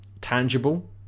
tangible